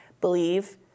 believe